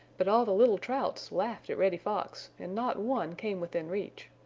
but all the little trouts laughed at reddy fox and not one came within reach.